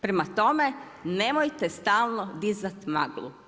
Prema tome nemojte stalno dizati maglu.